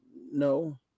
No